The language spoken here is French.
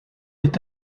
est